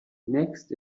next